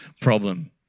problem